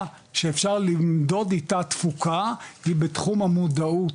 שאפשר לנדוד איתה תפוקה היא בתחום המודעות,